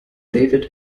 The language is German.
david